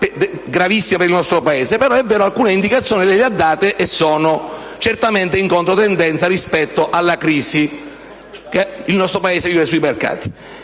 gravissima per il nostro Paese? Ma è vero: alcune indicazioni lei le ha date e sono certamente in controtendenza rispetto alla crisi che il nostro Paese vive sui mercati.